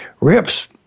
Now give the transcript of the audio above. Rip's